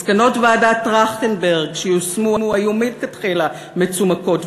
מסקנות ועדת טרכטנברג המצומקות שיושמו היו מלכתחילה מצומקות,